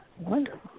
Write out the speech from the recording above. wonderful